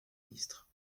ministre